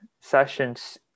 sessions